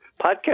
podcast